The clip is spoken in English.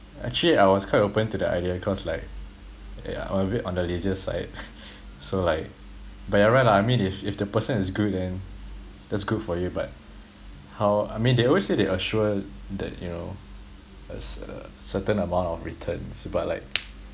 actually I was quite open to the idea cause like yeah I'm a bit on the lazier side so like but you're right lah I mean if if the person is good then that's good for you but how I mean they always say they assure that you know a cer~ a certain amount of returns but like